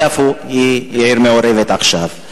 יפו היא עיר מעורבת עכשיו.